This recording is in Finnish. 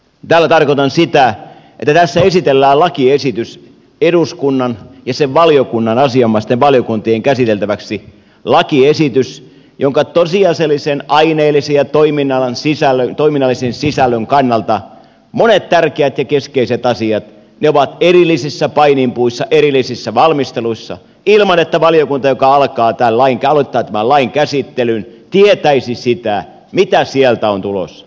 tällä tarkoitan sitä että tässä esitellään lakiesitys eduskunnan ja asianomaisten valiokuntien käsiteltäväksi lakiesitys jonka tosiasiallisen aineellisen ja toiminnallisen sisällön kannalta monet tärkeät ja keskeiset asiat ovat erillisissä paininpuissa erillisissä valmisteluissa ilman että valiokunta joka aloittaa tämän lain käsittelyn tietäisi sitä mitä sieltä on tulossa